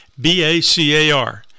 BACAR